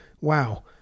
wow